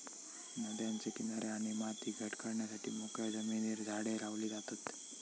नद्यांचे किनारे आणि माती घट करण्यासाठी मोकळ्या जमिनीर झाडे लावली जातत